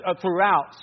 throughout